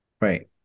Right